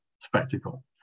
spectacle